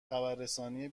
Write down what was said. خبررسانی